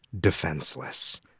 defenseless